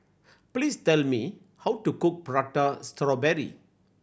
please tell me how to cook Prata Strawberry